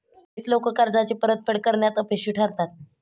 बरीच लोकं कर्जाची परतफेड करण्यात अपयशी ठरतात